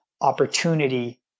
opportunity